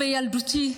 בילדותי,